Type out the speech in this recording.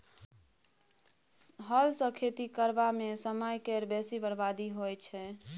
हल सँ खेती करबा मे समय केर बेसी बरबादी होइ छै